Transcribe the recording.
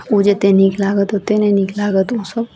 ओ जतेक नीक लागत ओतेक नहि नीक लागत ओसब